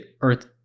earth